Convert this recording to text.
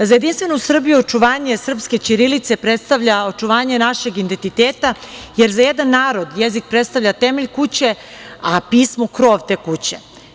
Za Jedinstvenu Srbiju očuvanje srpske ćirilice predstavlja očuvanje našeg identiteta, jer za jedan narod jezik predstavlja temelj kuće, a pismo krov te kuće.